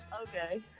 Okay